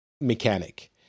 mechanic